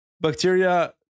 bacteria